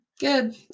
Good